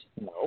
no